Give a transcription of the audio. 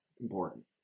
important